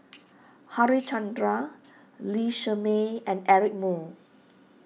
Harichandra Lee Shermay and Eric Moo